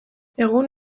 egun